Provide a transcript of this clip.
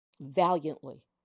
valiantly